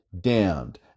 Damned